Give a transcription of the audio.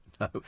No